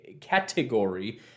category